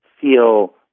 feel